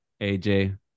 AJ